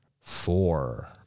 Four